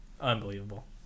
unbelievable